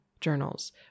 journals